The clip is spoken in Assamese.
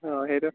অঁ সেইটো